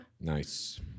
nice